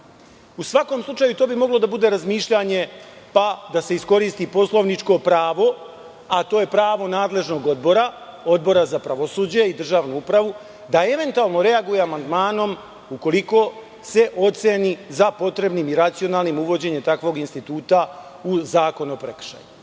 U svakom slučaju, to bi moglo da bude razmišljanje, pa da se iskoristi poslovničko pravo, a to je pravo nadležnog odbora, Odbora za pravosuđe i državnu upravu, da eventualno reaguje amandmanom ukoliko se oceni za potrebnim i racionalnim uvođenje takvog instituta u Zakon o prekršajima. Drugo